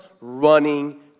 running